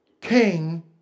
King